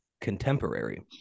contemporary